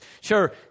Sure